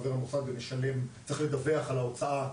של ועדת הביקורת ושל ועדת ההשקעות,